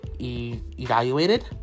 evaluated